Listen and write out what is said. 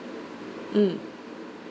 mm